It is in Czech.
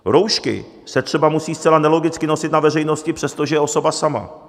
Roušky se třeba musí zcela nelogicky nosit na veřejnosti, přestože je osoba sama.